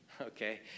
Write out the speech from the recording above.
Okay